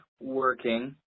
working